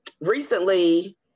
Recently